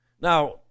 Now